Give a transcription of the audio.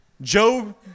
Joe